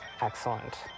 Excellent